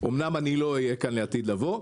אמנם אני לא אהיה כאן לעתיד לבוא,